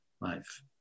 life